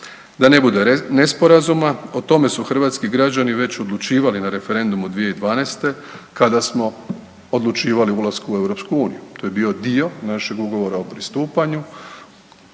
Da ne bude nesporazuma, o tome su hrvatski građani već odlučivali na referendumu 2012. kada smo odlučivali o ulasku u EU, to je bio dio našeg Ugovora o pristupanju